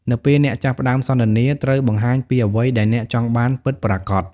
នៅពេលអ្នកចាប់ផ្ដើមសន្ទនា ត្រូវបង្ហាញពីអ្វីដែលអ្នកចង់បានពិតប្រាកដ។